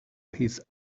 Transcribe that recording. his